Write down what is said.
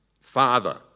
father